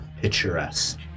picturesque